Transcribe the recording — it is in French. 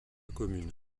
commune